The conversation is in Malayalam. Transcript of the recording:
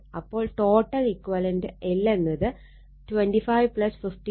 അപ്പോൾ ടോട്ടൽ ഇക്വലന്റ് L എന്നത് 25 15 40 മില്ലി ഹെൻറിയാണ്